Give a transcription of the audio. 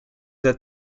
that